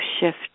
shift